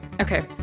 Okay